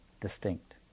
distinct